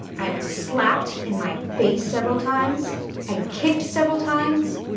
i was slapped in my face several times and kicked several times,